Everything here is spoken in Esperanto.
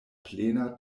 plena